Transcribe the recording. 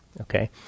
okay